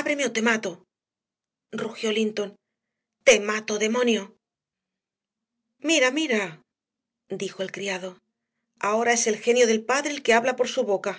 ábreme o te mato rugió linton te mato demonio mira mira dijo el criado ahora es el genio del padre el que habla por su boca